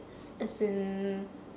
~s as in